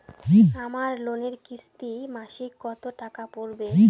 আমার লোনের কিস্তি মাসিক কত টাকা পড়বে?